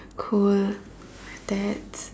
cool